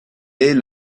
est